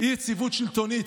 אי-יציבות שלטונית,